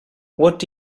what